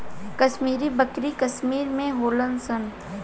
कश्मीरी बकरी कश्मीर में होली सन